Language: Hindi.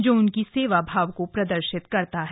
जो उनकी सेवा भाव को प्रदर्शित करता है